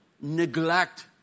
neglect